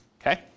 Okay